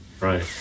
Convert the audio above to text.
Right